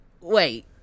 wait